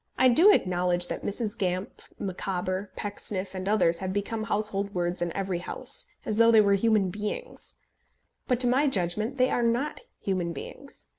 i do acknowledge that mrs. gamp, micawber, pecksniff, and others have become household words in every house, as though they were human beings but to my judgment they are not human beings,